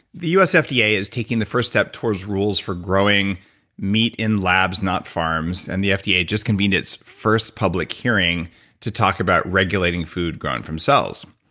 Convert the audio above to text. the usfda is taking the first step towards rules for growing meat in labs not farms. and the fda just convened it's first public hearing to talk about regulating food grown from cells.